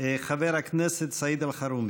חבר הכנסת סעיד אלחרומי.